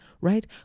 right